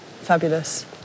Fabulous